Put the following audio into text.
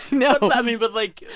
you know i mean but, like,